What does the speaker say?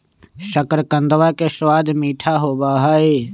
शकरकंदवा के स्वाद मीठा होबा हई